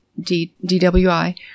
DWI